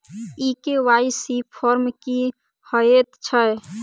ई KYC form की हएत छै?